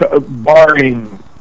barring